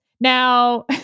Now